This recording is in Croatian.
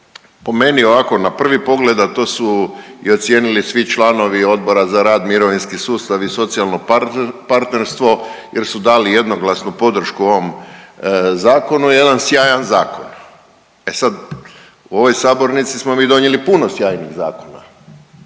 po meni ovako na prvi pogled, a to su i ocijenili svi članovi Odbora za rad, mirovinski sustav i socijalno partnerstvo jer su dali jednoglasnu podršku ovom zakonu, jedan sjajan zakon. E sad, u ovoj sabornici smo mi donijeli puno sjajnih zakona.